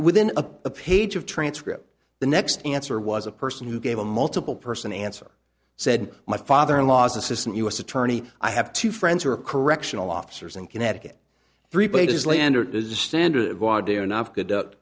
within a page of transcript the next answer was a person who gave a multiple person answer said my father in law's assistant u s attorney i have two friends who are correctional officers in connecticut